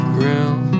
room